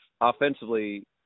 offensively